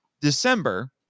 December